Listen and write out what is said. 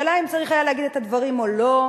השאלה אם הוא היה צריך להגיד את הדברים או לא,